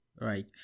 right